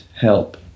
help